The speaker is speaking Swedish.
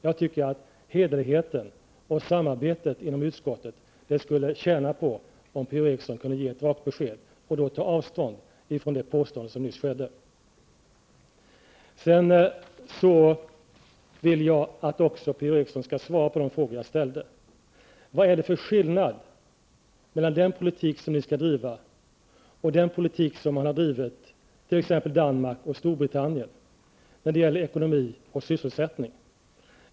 Jag tycker att hederligheten och samarbetet inom utskottet skulle tjäna på om P-O Eriksson kunde ge ett rakt besked och ta avstånd från det påstående som nyss framfördes. Jag vill också att P-O Eriksson skall svara på de frågor som jag ställde: Vad är det för skillnad mellan den politik som ni skall driva och den politik som man har drivit i t.ex. Danmark och Storbritannien när det gäller ekonomi och sysselsättning?